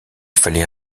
fallait